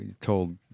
told